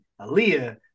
Aaliyah